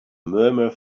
murmur